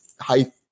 high